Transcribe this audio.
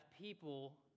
people